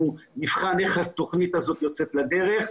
אנחנו נבחן איך התכנית הזאת יוצאת לדרך.